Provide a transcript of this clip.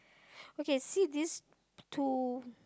okay see these two